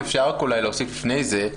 אם אפשר רק להוסיף לפני זה,